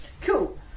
Cool